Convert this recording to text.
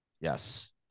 Yes